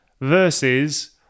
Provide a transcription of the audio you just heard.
versus